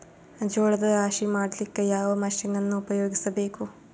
ಜೋಳದ ರಾಶಿ ಮಾಡ್ಲಿಕ್ಕ ಯಾವ ಮಷೀನನ್ನು ಉಪಯೋಗಿಸಬೇಕು?